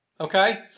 okay